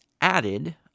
added